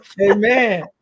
Amen